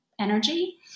energy